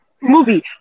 movie